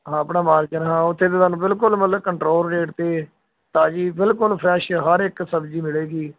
ਹਾਂ ਆਪਣਾ ਮਾਲ ਚੰਗਾ ਉੱਥੇ ਤਾਂ ਤੁਹਾਨੂੰ ਬਿਲਕੁਲ ਮਤਲਬ ਕੰਟਰੋਲ ਰੇਟ 'ਤੇ ਤਾਜ਼ੀ ਬਿਲਕੁਲ ਫਰੈਸ਼ ਹਰ ਇੱਕ ਸਬਜ਼ੀ ਮਿਲੇਗੀ